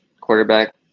quarterback